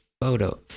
photo